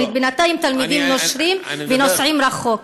בינתיים תלמידים נושרים ונוסעים רחוק.